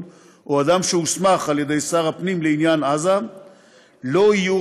או אדם שהוסמך על ידי שר הפנים לעניין עזה לא יהיו